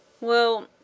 Well